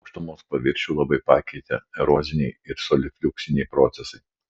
aukštumos paviršių labai pakeitė eroziniai ir solifliukciniai procesai